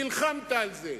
נלחמת על זה,